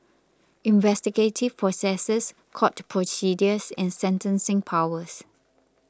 investigative processes court procedures and sentencing powers